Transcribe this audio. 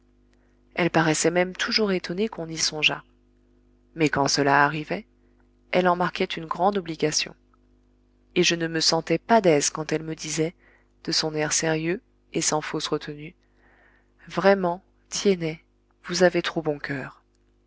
elle paraissait même toujours étonnée qu'on y songeât mais quand cela arrivait elle en marquait une grande obligation et je ne me sentais pas d'aise quand elle me disait de son air sérieux et sans fausse retenue vraiment tiennet vous avez trop bon coeur